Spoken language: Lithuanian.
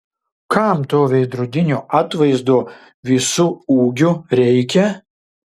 kam to veidrodinio atvaizdo visu ūgiu reikia